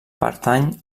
pertany